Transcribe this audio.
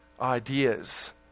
ideas